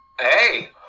Hey